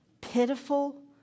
pitiful